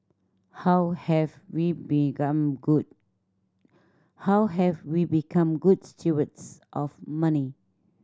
how have we become good how have we become good stewards of money